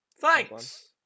Thanks